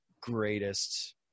greatest